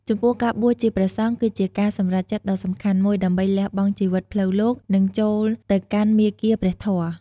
ចំពោះការបួសជាព្រះសង្ឃ គឺជាការសម្រេចចិត្តដ៏សំខាន់មួយ ដើម្បីលះបង់ជីវិតផ្លូវលោក និងចូលទៅកាន់មាគ៌ាព្រះធម៌។